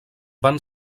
van